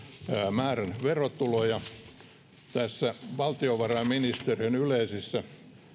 määrän verotuloja valtiovarainministeriön yleisissä